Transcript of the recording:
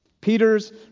Peter's